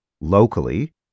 locally